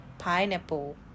Pineapple